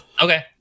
Okay